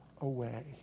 away